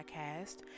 podcast